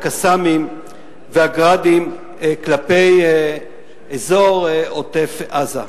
ה"קסאמים" וה"גראדים" כלפי אזור עוטף-עזה.